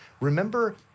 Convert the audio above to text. Remember